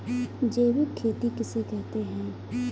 जैविक खेती किसे कहते हैं?